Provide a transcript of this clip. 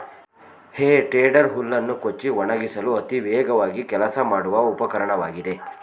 ಹೇ tedder ಹುಲ್ಲನ್ನು ಕೊಚ್ಚಿ ಒಣಗಿಸಲು ಅತಿ ವೇಗವಾಗಿ ಕೆಲಸ ಮಾಡುವ ಉಪಕರಣವಾಗಿದೆ